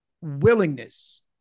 willingness